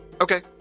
Okay